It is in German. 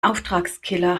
auftragskiller